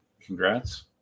Congrats